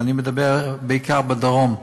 ואני מדבר בעיקר בדרום.